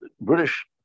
British